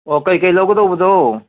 ꯑꯣ ꯀꯩ ꯀꯩ ꯂꯧꯒꯗꯧꯕꯅꯣ